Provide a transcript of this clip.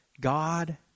God